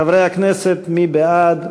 חברי הכנסת, מי בעד?